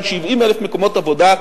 של 70,000 מקומות עבודה,